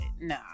nah